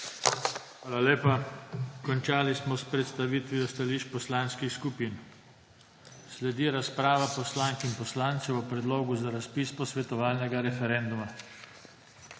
Hvala lepa. Končali smo s predstavitvijo stališč poslanskih skupin. Sledi razprava poslank in poslancev o predlogu za razpis posvetovalnega referenduma.